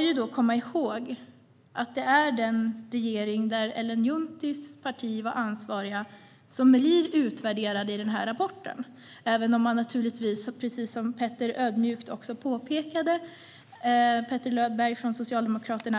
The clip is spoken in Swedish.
Man ska komma ihåg att det är den regering där Ellen Junttis parti var ansvarigt som blir utvärderad i den här rapporten, även om det naturligtvis, precis som Petter Löberg från Socialdemokraterna